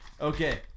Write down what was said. Okay